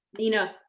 nina.